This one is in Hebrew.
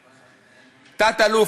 תת-אלוף,